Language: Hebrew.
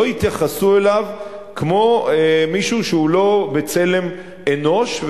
לא יתייחסו אליו כמו מישהו שהוא לא בצלם אנוש,